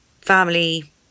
family